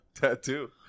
tattoo